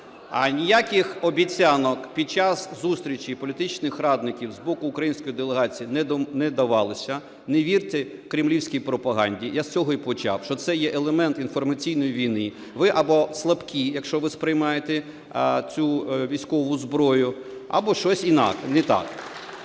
Ніяких обіцянок під час зустрічі політичних радників з боку української делегації не давалися, не вірте кремлівській пропаганді, я з цього і почав, що це є елемент інформаційної війни. Ви або слабкі, якщо ви сприймаєте цю військову зброю, або щось не так.